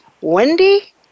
Wendy